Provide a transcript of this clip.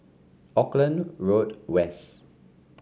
Auckland Road West